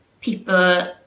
people